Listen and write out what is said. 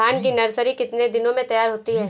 धान की नर्सरी कितने दिनों में तैयार होती है?